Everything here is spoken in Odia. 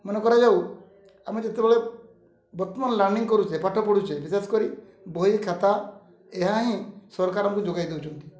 ମାନେ କରାଯାଉ ଆମେ ଯେତେବେଳେ ବର୍ତ୍ତମାନ ଲର୍ଣ୍ଣିଙ୍ଗ୍ କରୁଛେ ପାଠ ପଢ଼ୁଛେ ବିଶେଷ କରି ବହି ଖାତା ଏହା ହିଁ ସରକାର ଆମକୁ ଯୋଗାଇ ଦେଉଛନ୍ତି